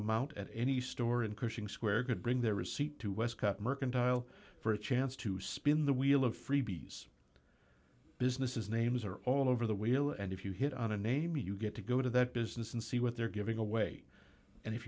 amount at any store in cushing square could bring their receipt to wescott mercantile for a chance to spin the wheel of freebies businesses names are all over the way you know and if you hit on a name you get to go to that business and see what they're giving away and if